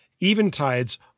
Eventide's